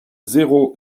zéro